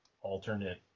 alternate